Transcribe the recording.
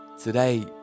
Today